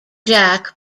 jack